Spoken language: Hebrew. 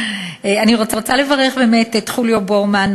אני רוצה לברך את חוליו בורמן,